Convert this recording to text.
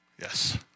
Yes